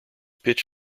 pitch